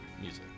Music